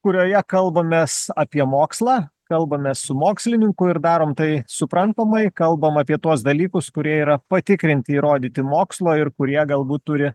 kurioje kalbamės apie mokslą kalbamės su mokslininku ir darom tai suprantamai kalbam apie tuos dalykus kurie yra patikrinti įrodyti mokslo ir kurie galbūt turi